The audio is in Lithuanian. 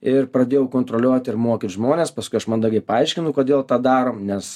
ir pradėjau kontroliuot ir mokyt žmones paskui aš mandagiai paaiškinu kodėl tą darom nes